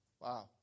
Wow